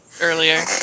earlier